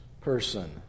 person